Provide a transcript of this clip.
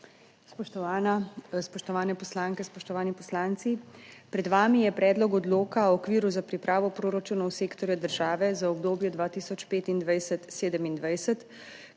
spoštovane poslanke, spoštovani poslanci! Pred vami je Predlog odloka o okviru za pripravo proračunov sektorja države za obdobje 2025-2027,